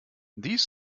these